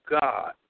God